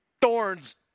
thorns